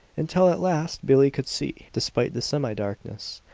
until at last billie could see, despite the semidarkness,